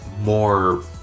More